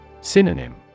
Synonym